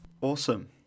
awesome